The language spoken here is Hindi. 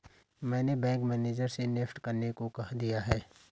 मैंने बैंक मैनेजर से नेफ्ट करने को कह दिया है